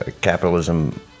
capitalism